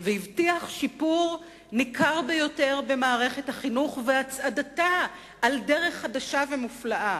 והבטיח שיפור ניכר ביותר במערכת החינוך והצעדתה בדרך חדשה ומופלאה,